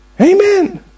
Amen